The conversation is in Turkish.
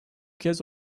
kez